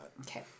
Okay